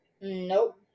Nope